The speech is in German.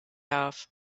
darf